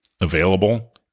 available